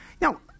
Now